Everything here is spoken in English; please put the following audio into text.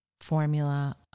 formula